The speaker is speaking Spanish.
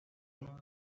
uno